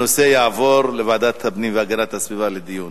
הנושא יעבור לוועדת הפנים והגנת הסביבה לדיון.